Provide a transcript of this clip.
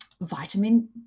vitamin